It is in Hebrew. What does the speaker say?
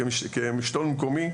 כשלטון מקומי,